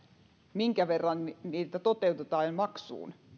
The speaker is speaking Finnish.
minkä verran niitä toteutetaan maksuun